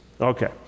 Okay